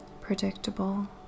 predictable